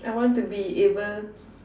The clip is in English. I want to be able